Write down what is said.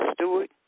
Stewart